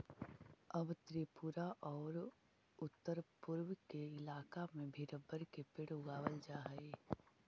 अब त्रिपुरा औउर उत्तरपूर्व के इलाका में भी रबर के पेड़ उगावल जा हई